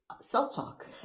self-talk